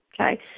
Okay